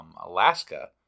Alaska